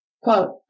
quote